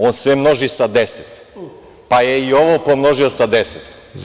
On sve množi sa 10, pa je i ovo pomnožio sa 10.